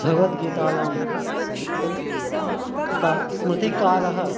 भगवद्गीतायाम् उक्तं तथा स्मृतिकालः